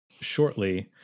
shortly